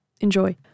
enjoy